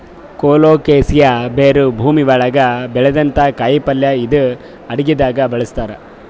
colocasia ಬೇರ್ ಭೂಮಿ ಒಳಗ್ ಬೆಳ್ಯಂಥ ಕಾಯಿಪಲ್ಯ ಇದು ಅಡಗಿದಾಗ್ ಬಳಸ್ತಾರ್